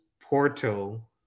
Porto